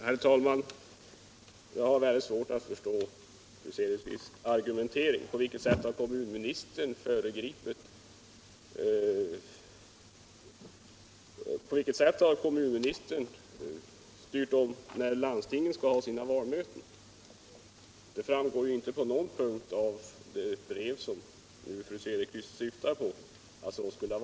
Herr talman! Jag har mycket svårt att förstå fru Cederqvists argumentering. På vilket sätt har kommunministern styrt när landstingen skall ha sina valmöten? Det framgår inte på någon punkt i det brev som fru Cederqvist syftar på.